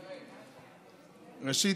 ראשית,